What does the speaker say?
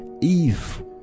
Eve